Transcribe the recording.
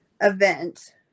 event